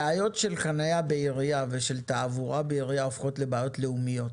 בעיות של חניה בעירייה ושל תעבורה בעירייה הופכות לבעיות לאומיות,